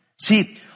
See